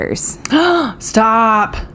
stop